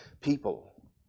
people